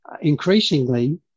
increasingly